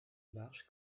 march